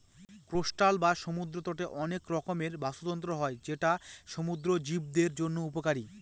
coastal বা সমুদ্র তটে অনেক রকমের বাস্তুতন্ত্র হয় যেটা সমুদ্র জীবদের জন্য উপকারী